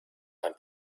ein